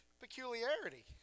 Peculiarity